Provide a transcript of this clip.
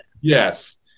Yes